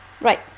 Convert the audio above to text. right